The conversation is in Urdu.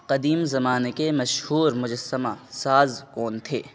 قدیم زمانے کے مشہور مجسمہ ساز کون تھے